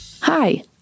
Hi